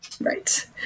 Right